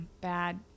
Bad